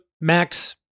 Max